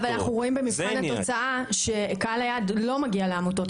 אבל במבחן התוצאה אנחנו רואים שקהל היעד לא מגיע לעמותות.